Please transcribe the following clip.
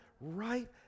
right